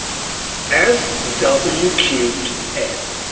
s w cubed n.